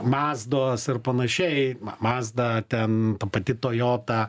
mazdos ir panašiai mazda tent ta pati toyota